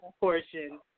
portion